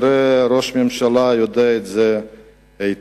ראש הממשלה כנראה יודע את זה היטב,